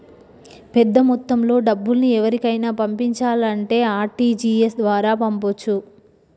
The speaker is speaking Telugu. పెద్దమొత్తంలో డబ్బుల్ని ఎవరికైనా పంపించాలంటే ఆర్.టి.జి.ఎస్ ద్వారా పంపొచ్చు